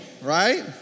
right